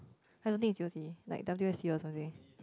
I don't think is U_O_C like W_S_C or something